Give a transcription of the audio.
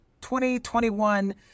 2021